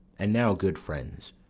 and now, good friends,